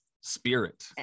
Spirit